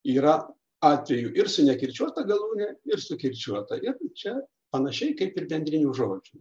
yra atvejų ir su nekirčiuota galūne ir sukirčiuota ir čia panašiai kaip ir bendrinių žodžių